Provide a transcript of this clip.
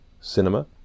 cinema